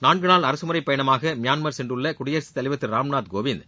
நான்கு நாள் அரசுமுறை பயணமாக மியான்மர் சென்றுள்ள குடியரசுத் தலைவர் திரு ராம்நாத் கோவிந்த்